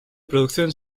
producción